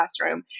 classroom